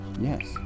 Yes